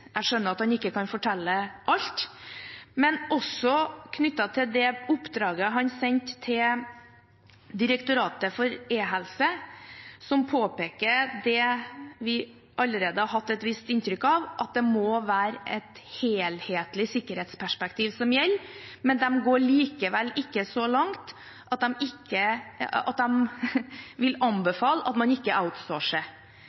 han ikke kan fortelle alt – også knyttet til det oppdraget han sendte til Direktoratet for e-helse, som påpeker det vi allerede har hatt et visst inntrykk av, at det må være et helhetlig sikkerhetsperspektiv som gjelder. Men de går likevel ikke så langt at de vil anbefale at